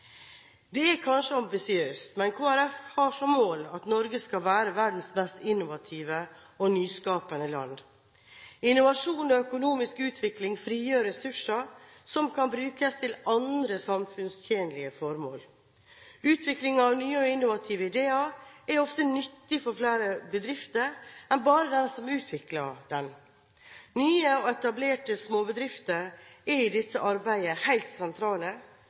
Det er kanskje ambisiøst, men Kristelig Folkeparti har som mål at Norge skal være verdens mest innovative og nyskapende land. Innovasjon og økonomisk utvikling frigjør ressurser som kan brukes til andre samfunnstjenlige formål. Utviklingen av nye og innovative ideer er ofte nyttig for flere bedrifter enn bare den bedriften som utvikler dem. Nye og etablerte småbedrifter er i dette arbeidet helt sentrale